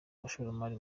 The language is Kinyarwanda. abashoramari